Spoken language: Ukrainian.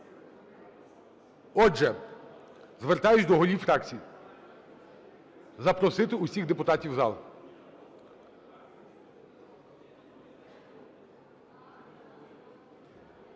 Отже, звертаюся до голів фракцій запросити всіх депутатів у зал.